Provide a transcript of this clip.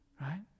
Right